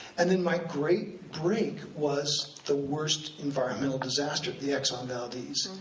and then my great break was the worst environmental disaster, the exxon valdez.